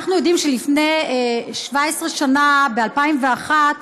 אנחנו יודעים שלפני 17 שנה, ב-2001,